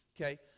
okay